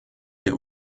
der